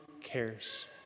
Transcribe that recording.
cares